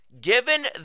given